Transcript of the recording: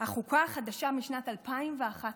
החוקה החדשה משנת 2011,